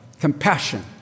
compassion